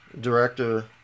director